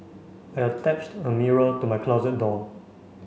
I attached a mirror to my closet door